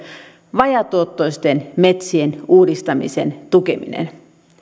vajaatuottoisten metsien uudistamisen tukeminen